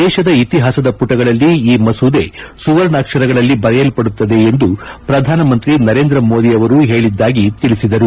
ದೇಶದ ಇತಿಹಾಸದ ಪುಟಗಳಲ್ಲಿ ಈ ಮಸೂದೆ ಸುವರ್ಣಾಕ್ಸರಗಳಲ್ಲಿ ಬರೆಯಲ್ಲಡುತ್ತದೆ ಎಂದು ಪ್ರಧಾನಮಂತ್ರಿ ನರೇಂದ್ರ ಮೋದಿ ಹೇಳಿದ್ದಾಗಿ ಅವರು ತಿಳಿಸಿದರು